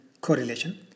correlation